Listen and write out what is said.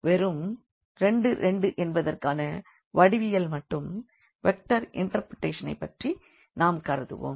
வெறும் என்பதற்கான வடிவியல் மற்றும் வெக்டர் இண்டெர்ப்ரெடெஷன் ஐப் பற்றி நாம் கருதுவோம்